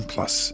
Plus